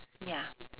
ya